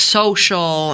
social